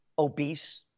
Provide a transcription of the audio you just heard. Obese